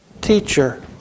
teacher